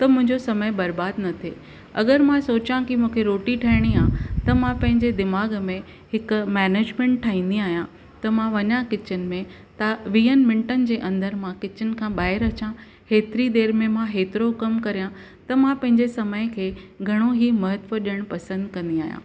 त मुंहिंजो समय बर्बादु न थिए अगरि मां सोचा की मूंखे रोटी ठाइणी आहे त मां पंहिंजे दीमाग़ु में हिकु मेनेजमेंट ठाहींदी आहियां त मां वञा किचन में त वीहनि मिंट्नि जे अंदरि मां किचन खां ॿाहिरि अचां एतिरी देरि में मां एतिरो कमु करया त मां पंहिजे समय खे घणो ई महत्व ॾेयण पसंदि कंदी आहियां